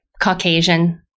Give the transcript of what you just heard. Caucasian